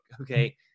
okay